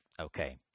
Okay